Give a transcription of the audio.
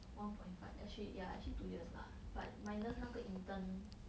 one point five actually ya actually two years lah but minus 那个 intern